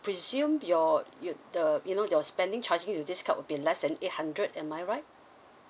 presume your you the you know your spending charging of this card will be less than eight hundred am I right